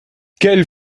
quelle